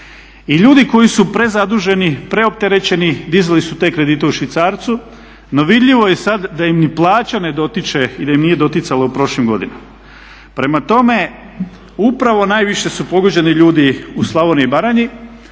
I ljudi koji su prezaduženi, preopterećeni dizali su te kredite u švicarcu, no vidljivo je sada da im ni plaća ne dotiče i da im nije doticala u prošlim godinama. Prema tome upravo najviše su pogođeni ljudi u Slavoniji i Baranji